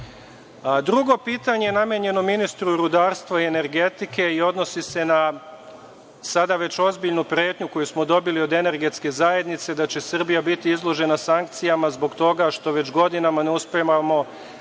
pitanje je namenjeno ministru rudarstva i energetike i odnosi se na sada već ozbiljnu pretnju koju smo dobili od Energetske zajednice da će Srbija biti izložena sankcijama zbog toga što već godinama ne uspevamo